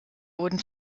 wurden